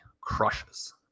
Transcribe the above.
crushes